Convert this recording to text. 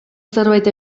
zerbait